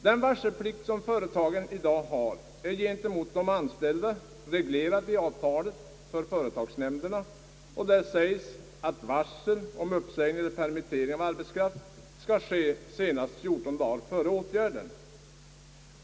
Den varselplikt företagen i dag har är gentemot de anställda reglerad i avtalet för företagsnämnderna och där sägs att varsel om uppsägning eller permitteringar av arbetskraft skall ske senast 14 dagar före åtgärden.